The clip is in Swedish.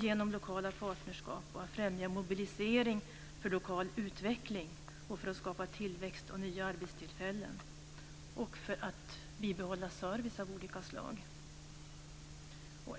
genom lokala partnerskap samt i fråga om att främja mobilisering för lokal utveckling och för att skapa tillväxt och nya arbetstillfällen, liksom för att behålla service av olika slag.